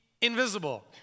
invisible